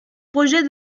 projet